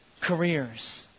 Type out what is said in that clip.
Careers